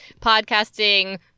podcasting